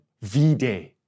V-Day